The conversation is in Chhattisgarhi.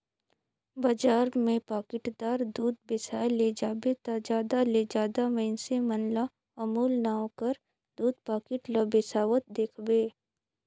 बजार में पाकिटदार दूद बेसाए ले जाबे ता जादा ले जादा मइनसे मन ल अमूल नांव कर दूद पाकिट ल बेसावत देखबे